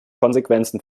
konsequenzen